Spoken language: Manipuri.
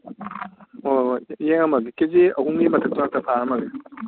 ꯍꯣꯏ ꯍꯣꯏ ꯌꯦꯡꯉꯝꯃꯒꯦ ꯀꯦꯖꯤ ꯑꯍꯨꯝꯒꯤ ꯃꯊꯛꯇ ꯉꯥꯛꯇ ꯐꯥꯔꯝꯃꯒꯦ